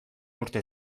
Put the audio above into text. urte